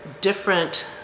different